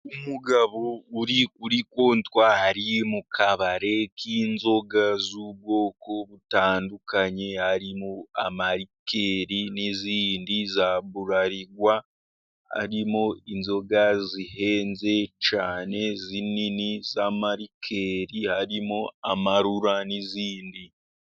umugabo uri muri kontwari mu kabare k'inzoga z'ubwoko butandukanye, harimo amarikeri n'izindi za Burarirwa, harimo inzoga zihenze cyane nini z'amarikeri harimo amarura, n'izindi.